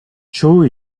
çoğu